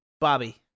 Bobby